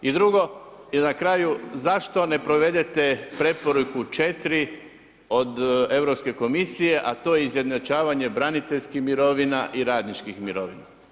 I drugo, i na kraju, zašto ne provedete preporuku 4. od Europske komisije a to je izjednačavanje braniteljskih mirovina i radničkih mirovina?